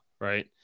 Right